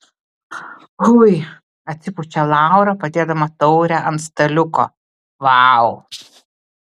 ui atsipučia laura padėdama taurę ant staliuko vau